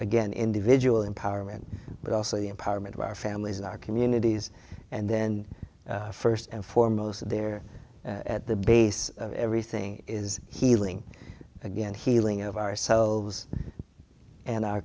again individual empowerment but also the empowerment of our families our communities and then first and foremost there at the base of everything is healing again healing of ourselves and our